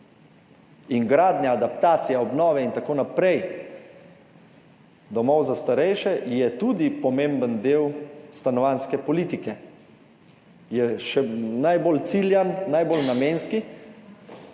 Gradnja, adaptacija, obnove in tako naprej domov za starejše so tudi pomemben del stanovanjske politike, je še najbolj ciljan, najbolj namenski,